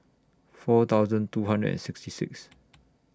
four thousand two hundred and sixty six